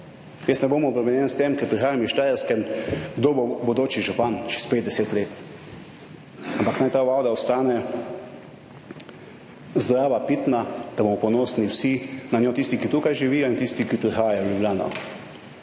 Jaz ne bom obremenjen s tem, ker prihajam iz Štajerske, kdo bo bodoči župan čez 5, 10 let, ampak naj ta voda ostane zdrava, pitna, da bomo ponosni vsi na njo, tisti, ki tukaj živijo in tisti, ki prihajajo v Ljubljano.